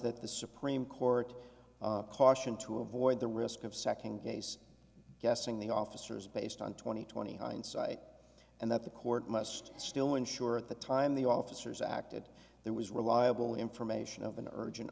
that the supreme court caution to avoid the risk of second case guessing the officers based on twenty twenty hindsight and that the court must still unsure at the time the officers acted there was reliable information of an urgent